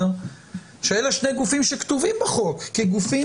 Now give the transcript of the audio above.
שאלה שני הגופים שכתובים בחוק כגופים